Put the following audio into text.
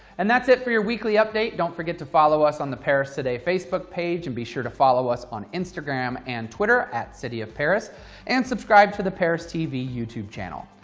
and that's it for your weekly update. don't forget to follow us on the perris today facebook page and be sure to follow us on instagram and twitter at city of perris and subscribe to the perris tv youtube channel.